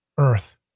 Earth